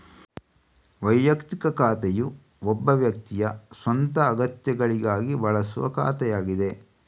ವೈಯಕ್ತಿಕ ಖಾತೆಯು ಒಬ್ಬ ವ್ಯಕ್ತಿಯ ಸ್ವಂತ ಅಗತ್ಯಗಳಿಗಾಗಿ ಬಳಸುವ ಖಾತೆಯಾಗಿದೆ